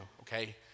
okay